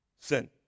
sin